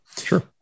Sure